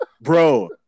Bro